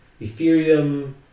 ethereum